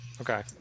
Okay